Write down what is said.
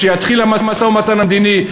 כשיתחיל המשא-ומתן המדיני,